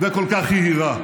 וכל כך יהירה.